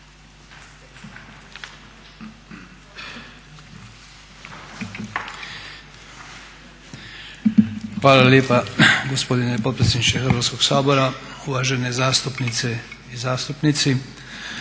Hvala lijepa gospodine potpredsjedniče Hrvatskog sabora, uvažene zastupnice i zastupnici.